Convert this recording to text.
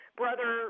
brother